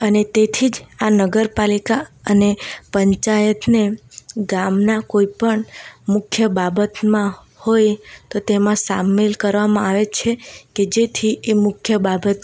અને તેથી જ આ નગરપાલિકા અને પંચાયતને ગામનાં કોઈપણ મુખ્ય બાબતમાં હોય તો તેમાં સામેલ કરવામાં આવે છે કે જેથી એ મુખ્ય બાબત